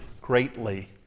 greatly